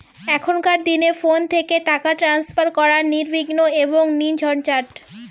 এখনকার দিনে ফোন থেকে টাকা ট্রান্সফার করা নির্বিঘ্ন এবং নির্ঝঞ্ঝাট